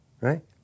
right